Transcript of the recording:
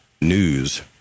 News